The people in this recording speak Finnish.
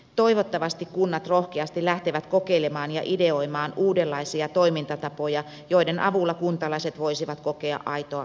toivottavasti kunnat rohkeasti lähtevät kokeilemaan ja ideoimaan uudenlaisia toimintatapoja joiden avulla kuntalaiset voisivat kokea aitoa osallisuutta